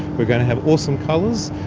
we're going to have awesome colours.